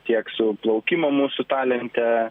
tiek su plaukimo mūsų talente